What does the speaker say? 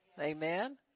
Amen